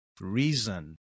reason